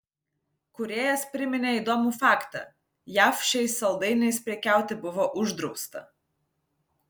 kūrėjas priminė įdomų faktą jav šiais saldainiais prekiauti buvo uždrausta